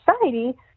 society